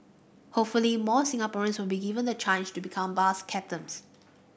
hopefully more Singaporeans will be given the change to become bus captains